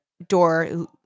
door